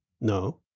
No